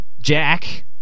Jack